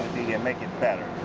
make it better.